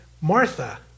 Martha